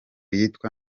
yitwa